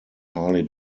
harley